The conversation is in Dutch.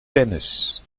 tennis